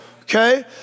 Okay